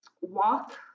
walk